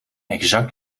exact